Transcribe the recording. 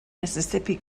mississippi